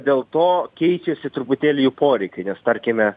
dėl to keičiasi truputėlį jų poreikiai nes tarkime